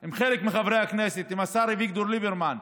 עם חלק מחברי הכנסת, עם השר אביגדור ליברמן,